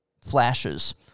flashes